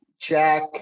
Jack